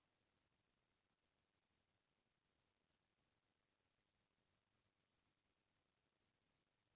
कतको सब बित्तीय संस्था मन सेयर बाजार म पइसा लगाबेच करथे